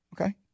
Okay